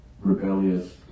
rebellious